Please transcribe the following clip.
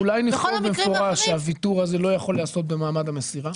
אולי נכתוב במפורש שהוויתור הזה לא יכול להיעשות במעמד המסירה?